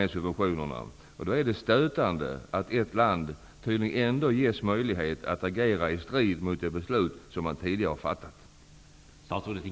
Då är det stötande att ett land tydligen ändå ges möjlighet att agera i strid mot det beslut som tidigare har fattats.